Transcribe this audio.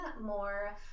more